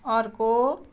अर्को